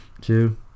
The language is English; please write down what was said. Two